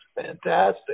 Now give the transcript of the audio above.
fantastic